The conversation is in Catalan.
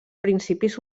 principis